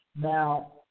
Now